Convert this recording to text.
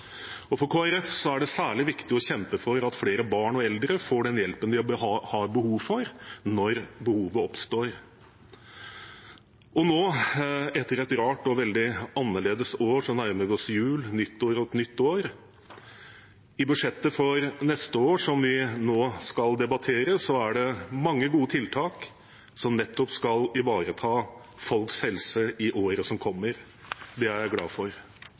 For Kristelig Folkeparti er det særlig viktig å kjempe for at flere barn og eldre får den hjelpen de har behov for, når behovet oppstår. Nå, etter et rart og veldig annerledes år, nærmer vi oss jul, nyttår og et nytt år. I budsjettet for neste år, som vi nå skal debattere, er det mange gode tiltak som nettopp skal ivareta folks helse i året som kommer. Det er jeg glad for.